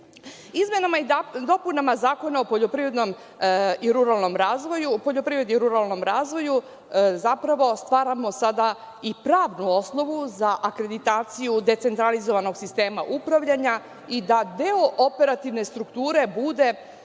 fonda. Izmenama i dopunama Zakona o poljoprivrednom i ruralnom razvoju zapravo stvaramo sada i pravnu osnovu za akreditaciju decentralizovanog sistema upravljanja i da deo operativne strukture bude